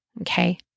Okay